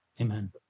Amen